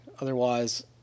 Otherwise